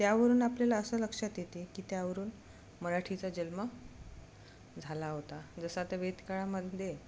त्यावरून आपल्याला असं लक्षात येते की त्यावरून मराठीचा जन्म झाला होता जसं आता वेदकाळामध्ये